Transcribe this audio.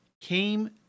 came